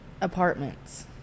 apartments